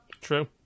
true